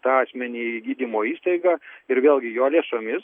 tą asmenį į gydymo įstaigą ir vėlgi jo lėšomis